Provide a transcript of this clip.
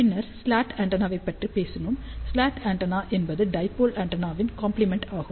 பின்னர் ஸ்லாட் ஆண்டெனாவைப் பற்றி பேசினோம் ஸ்லாட் ஆண்டெனா என்பது டைபோல் ஆண்டெனாவின் காம்ப்ளிமெண்ட் ஆகும்